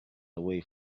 away